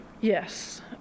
yes